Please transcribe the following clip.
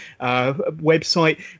website